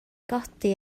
godi